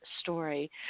story